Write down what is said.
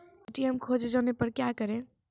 ATM खोजे जाने पर क्या करें?